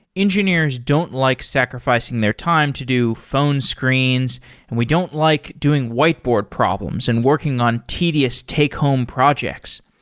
engineers don't like sacrificing their time to do phone screens and we don't like doing whiteboard problems and working on tedious take-home projects.